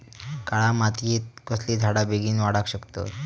काळ्या मातयेत कसले झाडा बेगीन वाडाक शकतत?